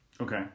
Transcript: Okay